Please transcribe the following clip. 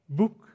book